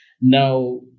now